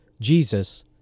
Jesus